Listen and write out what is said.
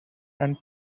and